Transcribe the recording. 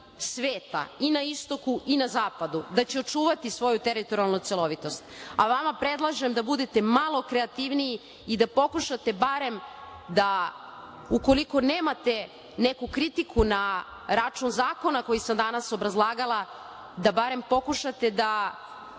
sveta, i na istoku i na zapadu, da će očuvati svoju teritorijalnu celovitost. Vama predlažem da budete malo kreativniji i da pokušate barem da, ukoliko nemate neku kritiku na račun zakona koji sam danas obrazlagala, da barem pokušate da